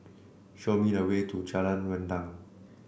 show me the way to Jalan Rendang